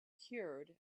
cured